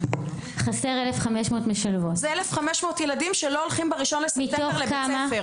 זה 1,500 ילדים שלא הולכים ב-1 בספטמבר לבית הספר.